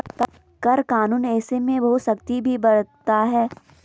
कर कानून ऐसे में बहुत सख्ती भी बरतता है